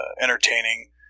entertaining